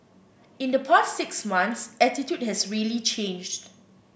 in the past six months attitude has really changed